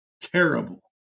Terrible